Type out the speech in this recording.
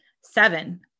Seven